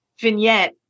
vignette